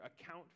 account